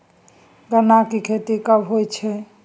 गन्ना की खेती कब होय छै?